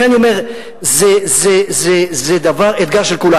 לכן אני אומר, זה אתגר של כולנו.